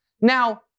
Now